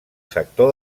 sector